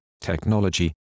technology